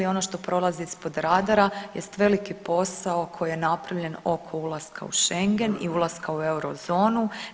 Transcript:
Ono što prolazi ispod radara jest veliki posao koji je napravljen oko ulaska u Schengen i ulaska u Eurozonu.